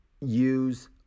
use